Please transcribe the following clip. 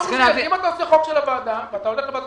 אם אתה עושה הצעת חוק של הוועדה ואתה הולך לוועדת